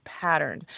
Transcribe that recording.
pattern